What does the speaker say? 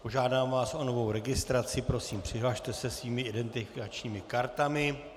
Požádám vás o novou registraci, prosím, přihlaste se svými identifikačními kartami.